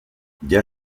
der